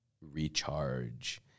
recharge